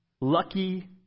lucky